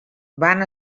van